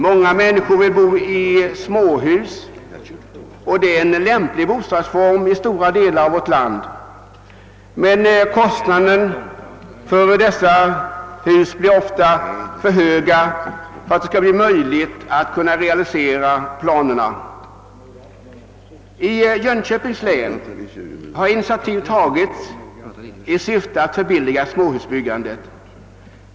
Många människor vill dock bo i småhus, och denna boendeform är lämplig i stora delar av vårt land. Men kostnaderna för dessa hus blir ofta för höga för att det skall bli möjligt att realisera planerna. I Jönköpings län har initiativ tagits i syfte att förbilliga småhusbyggandet.